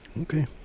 Okay